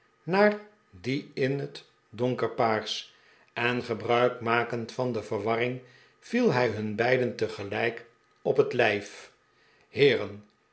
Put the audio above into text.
naar dien in het donkerpaars en gebruik makend van de verwarring viel hij hun beiden tegelijk op het lijf heeren